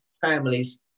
families